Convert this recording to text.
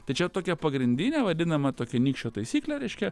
tai čia tokia pagrindinė vadinama tokia nykščio taisyklė reiškia